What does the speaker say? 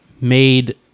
made